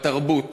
בתרבות